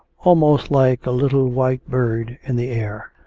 almost like a little white bird in the air.